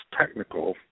technical